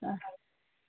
ആ